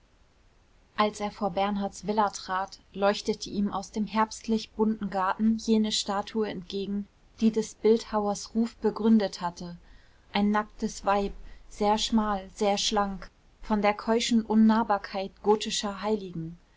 als er vor bernhards villa trat leuchtete ihm aus dem herbstlich bunten garten jene statue entgegen die des bildhauers ruf begründet hatte ein nacktes weib sehr schmal sehr schlank von der keuschen unnahbarkeit gotischer heiligen